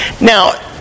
Now